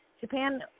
Japan